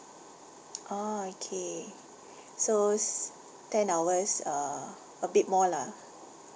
orh okay so s~ ten hours err a bit more lah